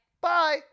Bye